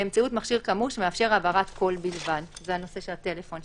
באמצעות מכשיר כאמור שמאפשר העברת קול בלבד" זה הנושא של הטלפון,